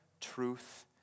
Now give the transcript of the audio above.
truth